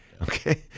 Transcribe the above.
Okay